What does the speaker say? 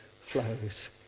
flows